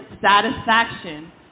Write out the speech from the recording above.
satisfaction